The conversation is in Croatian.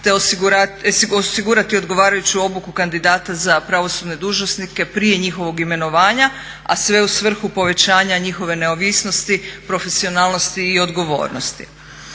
te osigurati odgovarajuću obuku kandidata za pravosudne dužnosnike prije njihovog imenovanja, a sve u svrhu povećanja njihove neovisnosti, profesionalnosti i odgovornosti.